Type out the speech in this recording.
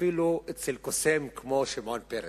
אפילו אצל קוסם כמו שמעון פרס.